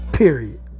period